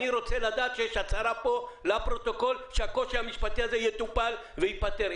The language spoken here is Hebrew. אני רוצה לדעת שיש הצהרה פה לפרוטוקול שהקושי המשפטי הזה יטופל וייפתר.